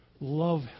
love